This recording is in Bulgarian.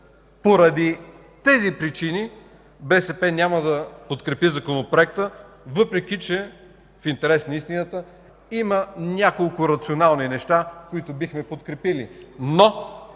Поради тези причини „БСП лява България” няма да подкрепи Законопроекта, въпреки че, в интерес на истината, има няколко рационални неща, които бихме подкрепили.